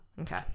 Okay